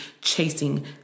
chasing